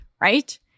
right